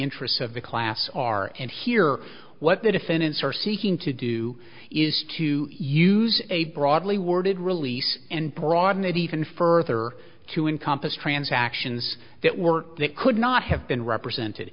interests of the class are and hear what the defendants are seeking to do is to use a broadly worded release and broaden it even further to encompass transactions that work that could not have been represented